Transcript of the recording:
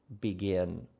begin